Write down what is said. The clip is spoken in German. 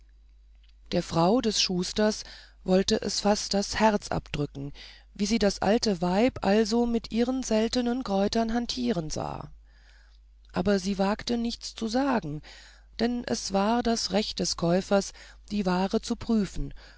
der frau des schusters wollte es fast das herz abdrücken wie sie das alte weib also mit ihren seltenen kräutern hantieren sah aber sie wagte nichts zu sagen denn es war das recht des käufers die ware zu prüfen